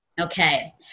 Okay